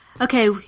Okay